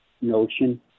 notion